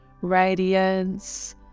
radiance